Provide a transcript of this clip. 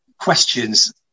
questions